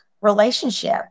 relationship